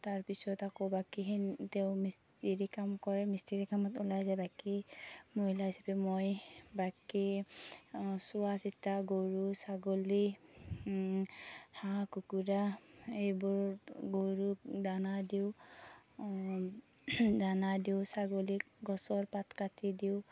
তাৰ পিছত আকৌ বাকিখিনি তেওঁ মিস্ত্ৰী কাম কৰে মিস্ত্ৰী কামত ওলাই যায় বাকী মহিলা হিচাপে মই বাকী চোৱা চিতা গৰু ছাগলী হাঁহ কুকুৰা এইবোৰ গৰুক দানা দিওঁ দানা দিওঁ ছাগলীক গছৰ পাত কাটি দিওঁ